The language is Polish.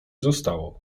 zostało